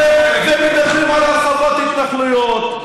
אום אל-פחם,